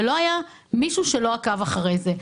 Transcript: ולא היה מישהו שלא עקב אחרי זה.